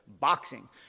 boxing